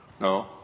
no